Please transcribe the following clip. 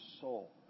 soul